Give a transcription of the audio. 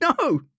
No